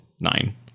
Nine